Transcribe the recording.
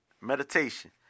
meditation